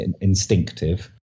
instinctive